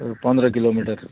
पंदरा किलोमिटर